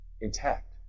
intact